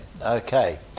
okay